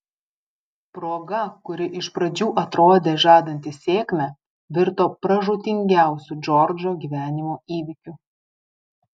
proga kuri iš pradžių atrodė žadanti sėkmę virto pražūtingiausiu džordžo gyvenimo įvykiu